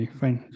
fine